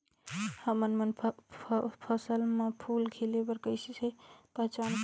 हमन मन फसल म फूल खिले बर किसे पहचान करबो?